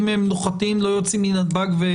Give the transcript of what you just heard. אם הם נוחתים ולא יוצאים מנתב"ג,